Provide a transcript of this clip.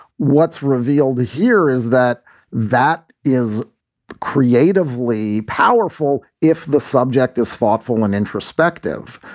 what's revealed here is that that is creatively powerful. if the subject is thoughtful and introspective,